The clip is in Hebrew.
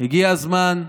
הגיע הזמן,